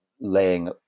laying